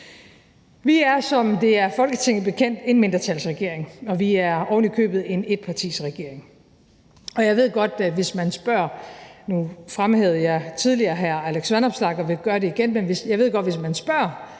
Vi er, som det er Folketinget bekendt, en mindretalsregering, og vi er ovenikøbet en etpartiregering. Jeg ved godt, at hvis man spørger